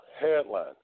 Headline